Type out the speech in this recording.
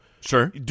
sure